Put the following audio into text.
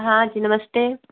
हाँ जी नमस्ते